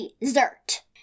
dessert